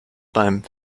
beim